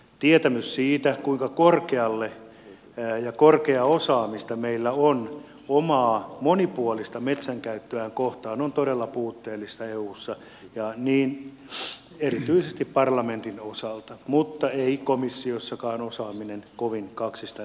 tietämys siitä kuinka korkeaa osaamista meillä on omaa monipuolista metsänkäyttöämme kohtaan on todella puutteellista eussa ja niin erityisesti parlamentin osalta mutta ei komissiossakaan osaaminen kovin kaksista näytä olevan